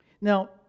Now